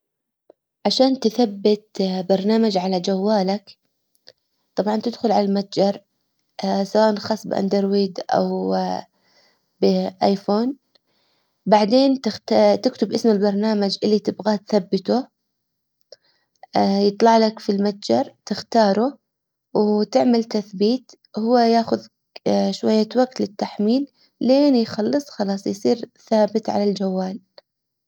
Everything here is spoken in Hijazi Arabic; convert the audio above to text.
عشان تثبت برنامج على جوالك. طبعا تدخل على المتجر سواء خاص باندرويد او بايفون. بعدين تكتب اسم البرنامج اللي تبغاه تثبته يطلع لك في المتجر تختاره وتعمل تثبيت هو ياخذ شوية وقت للتحميل لين يخلص خلاص يصير ثابت على الجوال.